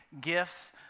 gifts